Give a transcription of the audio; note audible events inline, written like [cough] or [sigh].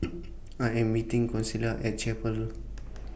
I Am meeting Consuela At Chapel [noise]